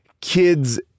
kids